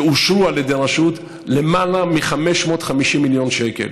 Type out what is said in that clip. שאושרו על ידי הרשות, למעלה מ-550 מיליון שקל